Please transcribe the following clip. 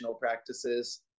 practices